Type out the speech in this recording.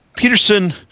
Peterson